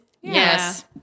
Yes